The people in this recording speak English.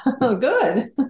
Good